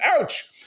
Ouch